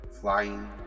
flying